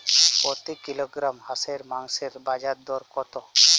প্রতি কিলোগ্রাম হাঁসের মাংসের বাজার দর কত?